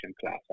class